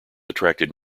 attracted